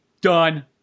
done